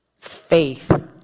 Faith